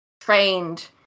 trained